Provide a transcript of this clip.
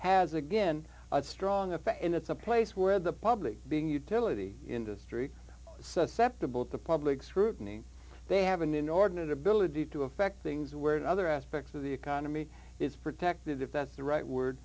has again a strong effect and it's a place where the public being utility industry susceptible to public scrutiny they have an inordinate ability to affect things where in other aspects of the economy is protected if that's the right word